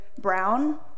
brown